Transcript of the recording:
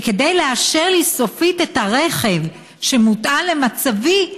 כדי לאשר לי סופית את הרכב שמותאם למצבי,